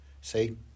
See